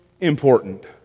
important